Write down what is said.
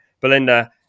Belinda